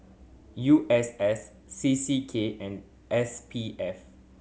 U S S C C K and S P F